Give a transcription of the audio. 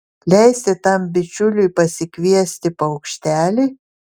leisti tam bičiuliui pasikviesti paukštelį